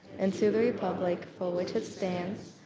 and to the republic, for which it stands,